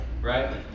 right